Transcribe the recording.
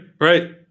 right